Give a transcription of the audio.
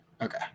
Okay